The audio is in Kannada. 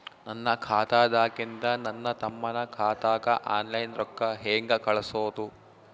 ನನ್ನ ಖಾತಾದಾಗಿಂದ ನನ್ನ ತಮ್ಮನ ಖಾತಾಗ ಆನ್ಲೈನ್ ರೊಕ್ಕ ಹೇಂಗ ಕಳಸೋದು?